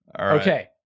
Okay